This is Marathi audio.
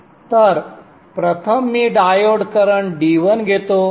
तर प्रथम मी डायोड करंट D1 घेतो